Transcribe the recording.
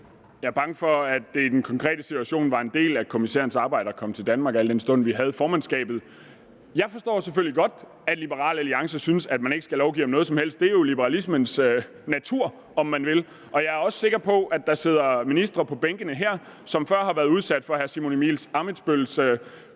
jeg må sige, at det i den konkrete situation var en del af kommissærens arbejde at komme til Danmark, al den stund vi havde formandskabet. Jeg forstår selvfølgelig godt, at Liberal Alliance synes, at man ikke skal lovgive om noget som helst, for det er jo liberalismens natur, om man vil. Og jeg er også sikker på, at der sidder ministre på bænkene her, som før har været udsat for hr. Simon Emil Ammitzbølls